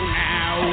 now